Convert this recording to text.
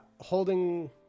holding